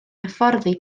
hyfforddi